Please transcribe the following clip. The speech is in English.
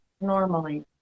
normally